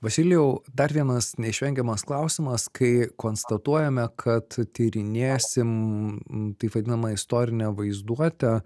vasilijau dar vienas neišvengiamas klausimas kai konstatuojame kad tyrinėsim taip vadinamą istorinę vaizduotę